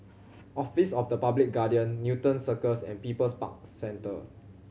Office of the Public Guardian Newton Circus and People's Park Centre